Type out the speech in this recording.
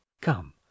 come